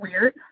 weird